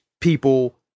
people